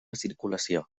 circulació